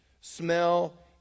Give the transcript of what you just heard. smell